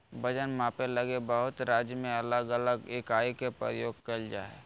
वजन मापे लगी बहुत राज्य में अलग अलग इकाई के प्रयोग कइल जा हइ